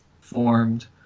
formed